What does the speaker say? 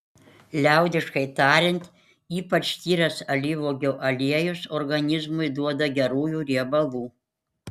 liaudiškai tariant ypač tyras alyvuogių aliejus organizmui duoda gerųjų riebalų